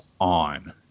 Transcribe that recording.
on